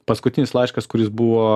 paskutinis laiškas kuris buvo pasirašytas